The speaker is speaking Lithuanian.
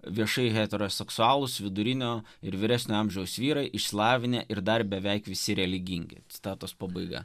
viešai heteroseksualūs vidurinio ir vyresnio amžiaus vyrai išsilavinę ir dar beveik visi religingi citatos pabaiga